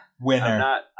Winner